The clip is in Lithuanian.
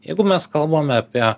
jeigu mes kalbame apie